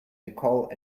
nicole